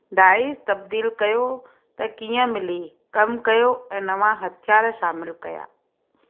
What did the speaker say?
dice तब्दील कयो त कीअं मिली कम कयो ऐं नवां हथियार शामिलु कयां